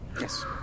Yes